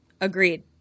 Agreed